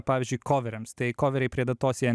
pavyzdžiui koveriams tai koveriai prie datos jie